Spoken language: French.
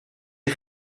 une